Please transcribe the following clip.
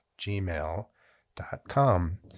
gmail.com